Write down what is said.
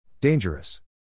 Dangerous